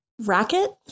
Racket